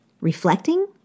Reflecting